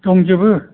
दंजोबो